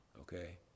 okay